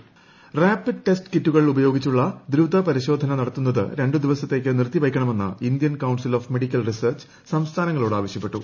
ആരോഗ്യമന്ത്രാലയം rapid test കിറ്റുകൾ ഉപയോഗിച്ചുള്ള ദ്രുത പരിശോധന നടത്തുന്നത് രണ്ട് ദിവസത്തേക്ക് നിർത്തിവയ്ക്കണമെന്ന് Indian council of medical research സംസ്ഥാനങ്ങളോട് ആവശ്യപ്പെട്ടു